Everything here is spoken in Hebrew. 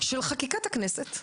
של חקיקת הכנסת.